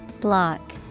Block